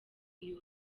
iyo